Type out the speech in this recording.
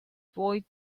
boy